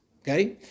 Okay